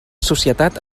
societat